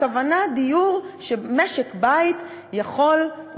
הכוונה לדיור שמשק-בית יכול,